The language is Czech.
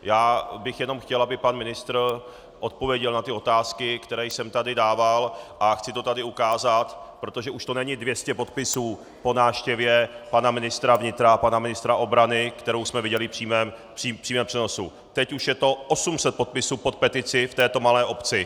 Já bych jenom chtěl, aby pan ministr odpověděl na ty otázky, které jsem tady dával, a chci to tady ukázat, protože už to není 200 podpisů po návštěvě pana ministra vnitra a pana ministra obrany, kterou jsme viděli v přímém přenosu, teď už je to 800 podpisů pod peticí v této malé obci.